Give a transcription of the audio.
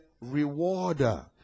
rewarder